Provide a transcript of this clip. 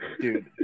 dude